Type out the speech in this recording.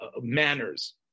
manners